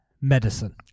medicine